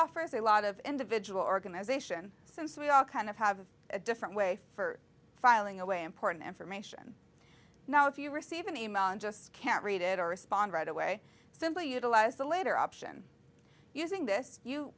offer has a lot of individual organization since we all kind of have a different way for filing away important information now if you receive an email and just can't read it or respond right away simply utilize the later option using this you